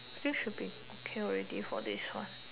think should be okay already for this one